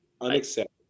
unacceptable